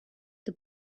the